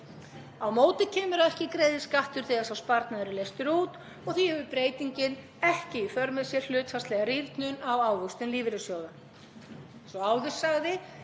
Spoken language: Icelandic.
Á móti kemur að ekki greiðist skattur þegar sá sparnaður er leystur út og því hefur breytingin ekki í för með sér hlutfallslega rýrnun á ávöxtun lífeyrissjóða.